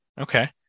Okay